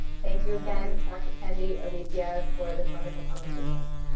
thank you again dr. kendi, alicia, for this wonderful conversation.